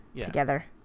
together